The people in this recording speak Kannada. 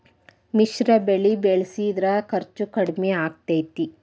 ಮಿಶ್ರ ಬೆಳಿ ಬೆಳಿಸಿದ್ರ ಖರ್ಚು ಕಡಮಿ ಆಕ್ಕೆತಿ?